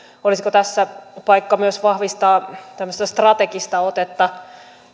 olisiko tässä paikka myös vahvistaa tämmöistä strategista otetta